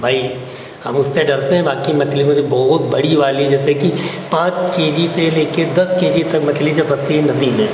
भई हम उससे डरते हैं बाकी मछली मुझे बहुत बड़ी वाली जैसे कि पाँच केजी से लेकर दस केजी तक मछली जो फँसती है नदी में